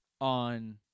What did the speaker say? on